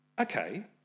Okay